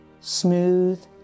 smooth